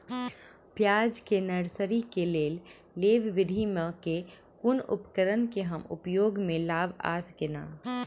प्याज केँ नर्सरी केँ लेल लेव विधि म केँ कुन उपकरण केँ हम उपयोग म लाब आ केना?